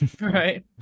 Right